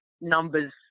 numbers